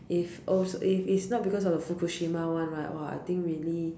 if oh if not because of the Fukushima one right !woah! I think really